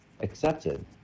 accepted